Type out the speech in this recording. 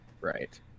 right